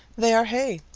they are hay,